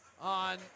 on